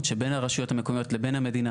שבין הרשויות המקומיות לבין המדינה,